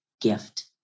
gift